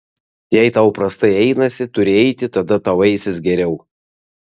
jei tau prastai einasi turi eiti tada tau eisis geriau